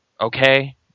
okay